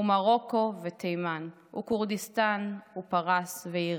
ומרוקו / ותימן / וכורדיסטן / ופרס / ועיראק.